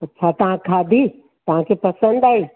अछा तव्हां खाधी तव्हांखे पसंदि आई